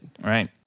Right